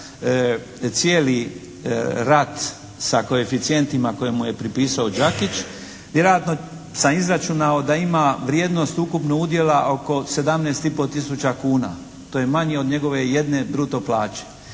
cijeli rat sa koeficijentima koje mu je pripisao Đakić vjerojatno sam izračunao da ima vrijednost ukupno udjela oko 17 i po tisuća kuna. To je manje od njegove jedne bruto plaće.